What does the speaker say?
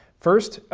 first,